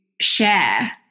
share